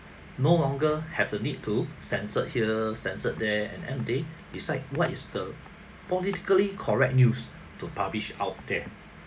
no longer have a need to censored here censored there and end of the day decide what is the politically correct news to publish out there